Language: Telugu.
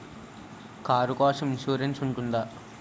కారు కోసం ఇన్సురెన్స్ ఉంటుందా?